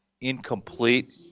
incomplete